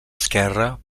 esquerra